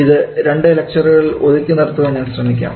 ഇത് രണ്ടു ലക്ച്ചർകളിൽ ഒതുക്കി നിർത്തുവാൻ ഞാൻ ശ്രമിക്കാം